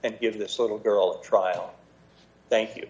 and give this little girl trial thank you